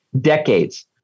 decades